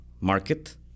market